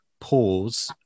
pause